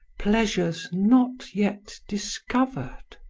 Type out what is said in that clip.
pleasures not yet discovered.